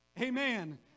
amen